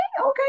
okay